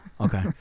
Okay